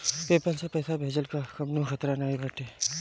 PayPal से पईसा भेजला पअ कवनो खतरा नाइ बाटे